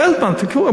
הרב פלדמן, תקראו.